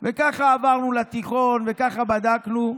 וככה עברנו לתיכון, וככה בדקנו,